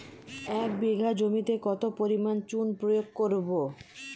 এক বিঘা জমিতে কত পরিমাণ চুন প্রয়োগ করব?